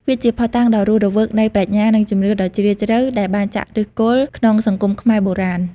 វាជាភស្តុតាងដ៏រស់រវើកនៃ ប្រាជ្ញា និងជំនឿដ៏ជ្រាលជ្រៅ ដែលបានចាក់ឫសគល់ក្នុងសង្គមខ្មែរបុរាណ។